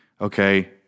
okay